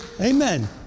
Amen